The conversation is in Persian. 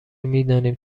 میدانیم